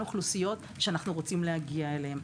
אוכלוסיות שאנחנו רוצים להגיע אליהן.